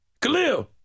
Khalil